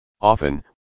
Often